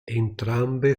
entrambe